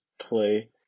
play